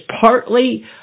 partly